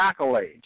accolades